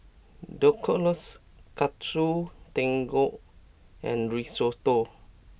Dhokla Katsu Tendon and Risotto